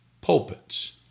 pulpits